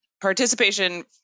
participation